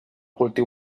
cultiu